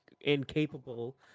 incapable